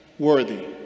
Worthy